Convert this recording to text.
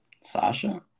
Sasha